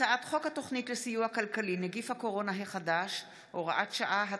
הצעת חוק התוכנית לסיוע כלכלי (נגיף הקורונה החדש) (הוראת שעה),